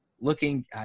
looking